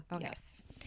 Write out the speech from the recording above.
yes